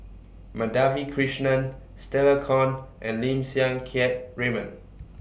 Madhavi Krishnan Stella Kon and Lim Siang Keat Raymond